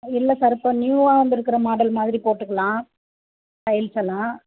இல்லை சார் இப்போ நியூவாக வந்துருக்கிற மாடல் மாதிரி போட்டுக்கலாம் டைல்ஸ் எல்லாம்